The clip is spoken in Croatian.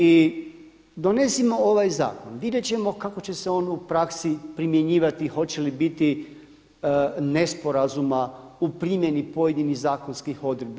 I donesimo ovaj zakon, vidjet ćemo kako će se on u praksi primjenjivati, hoće li biti nesporazuma u primjeni pojedinih zakonskih odredbi.